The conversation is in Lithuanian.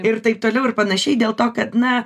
ir taip toliau ir panašiai dėl to kad na